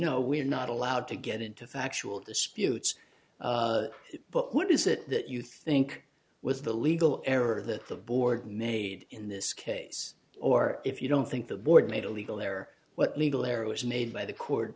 know we are not allowed to get into factual disputes but what is it that you think was the legal error that the board made in this case or if you don't think the board made a legal there what legal errors made by the co